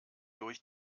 durch